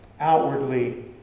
outwardly